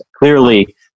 Clearly